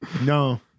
No